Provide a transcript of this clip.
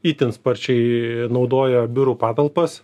itin sparčiai naudoja biurų patalpas